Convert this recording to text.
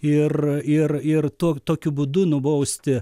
ir ir ir tokiu būdu nubausti